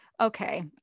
okay